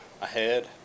ahead